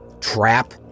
trap